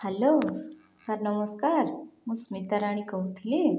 hello sir ନମସ୍କାର ମୁଁ ସ୍ମିତା ରାଣୀ କହୁଥିଲି